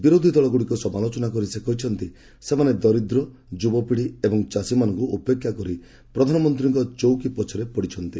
ବିରୋଧି ଦଳଗୁଡ଼ିକୁ ସମାଲୋଚନା କରି ସେ କହିଛନ୍ତି ସେମାନେ ଦରିଦ୍ର ଯୁବପିଢ଼ି ଏବଂ ଚାଷୀମାନଙ୍କୁ ଉପେକ୍ଷା କରି ପ୍ରଧାନମନ୍ତ୍ରୀଙ୍କ ଚଉକି ପଛରେ ପଡ଼ିଛନ୍ତି